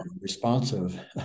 responsive